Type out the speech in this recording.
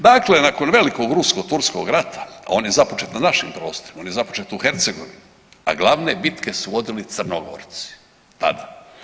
Dakle, nakon velikog Rusko-turskog rata, a on je započet na našim prostorima, on je započet u Hercegovini, a glavne bitke su vodili Crnogorci tada.